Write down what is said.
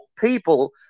people